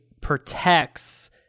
protects